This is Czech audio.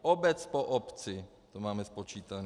Obec po obci to máme spočítané.